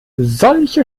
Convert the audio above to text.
solche